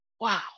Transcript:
wow